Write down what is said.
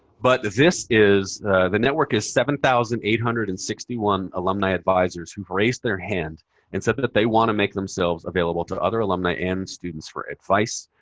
but this is the network is seven thousand eight hundred and sixty one alumni advisors who raised their hand and said that that they wanted to make themselves available to other alumni and students for advice,